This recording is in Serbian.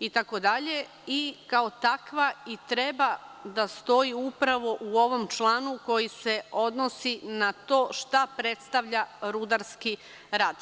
i tako dalje i kao takva i treba da stoji upravo u ovom članu koji se odnosi na to šta predstavlja rudarski rad.